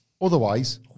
Otherwise